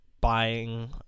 buying